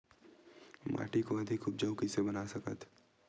माटी को अधिक उपजाऊ कइसे बना सकत हे?